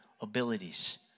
abilities